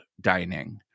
dining